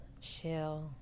Chill